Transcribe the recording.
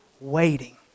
waiting